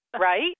right